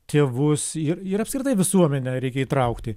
tėvus ir ir apskritai visuomenę reikia įtraukti